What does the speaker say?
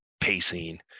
pacing